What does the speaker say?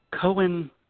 Cohen